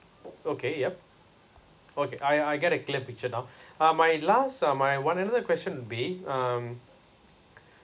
okay yup okay I I get a clear picture now uh my last uh my one another question would be um